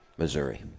Missouri